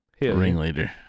Ringleader